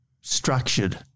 structured